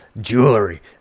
jewelry